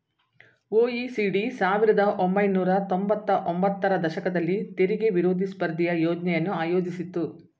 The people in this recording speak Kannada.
ಒ.ಇ.ಸಿ.ಡಿ ಸಾವಿರದ ಒಂಬೈನೂರ ತೊಂಬತ್ತ ಒಂಬತ್ತರ ದಶಕದಲ್ಲಿ ತೆರಿಗೆ ವಿರೋಧಿ ಸ್ಪರ್ಧೆಯ ಯೋಜ್ನೆಯನ್ನು ಆಯೋಜಿಸಿತ್ತು